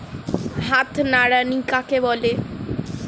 হাত নিড়ানি কাকে বলে?